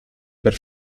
per